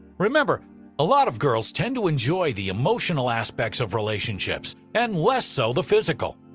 remember a lot of girls tend to enjoy the emotional aspects of relationships, and less so the physical.